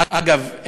אגב,